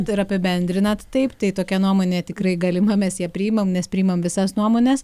tai yra apibendrinat taip tai tokia nuomonė tikrai galima mes ją priimam mes priimam visas nuomones